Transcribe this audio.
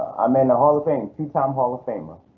i'm in the hall of fame, two time hall of famer.